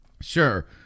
Sure